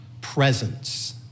presence